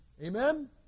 Amen